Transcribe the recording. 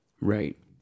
Right